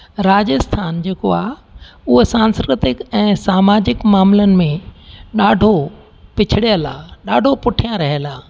राजस्थान जेको आहे उहो सांस्कृतिक ऐं सामाजिक मामलनि में ॾाधो पिछिड़यल आहे ॾाढो पुठियां रहियल आहे